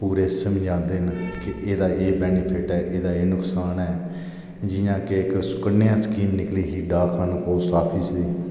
पूरा समझांदे न कि एह्दा एह् वेनीफिट ऐ एहदा एह् नुक्सान ऐ जियां कि इक सुकन्या स्कीम निकली ही डाकखाने पोस्ट आफिस दी